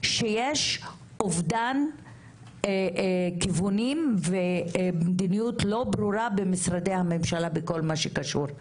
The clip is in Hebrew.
שיש אובדן כיוונים ומדיניות לא ברורה במשרדי הממשלה בכל מה שקשור,